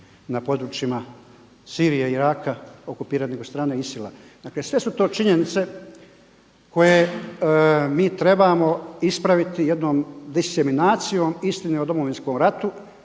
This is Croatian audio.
na područjima Sirije i Iraka okupiranim od strane ISIL-a. Dakle, sve su to činjenice koje mi trebamo ispraviti jednom disiminacijom istine o Domovinskom ratu,